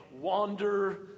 wander